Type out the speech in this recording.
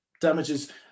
damages